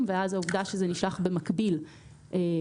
ואז העובדה שזה נשלח במקביל להורה,